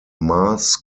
mass